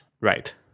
right